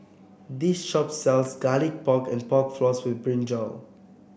this shop sells Garlic Pork and Pork Floss with brinjal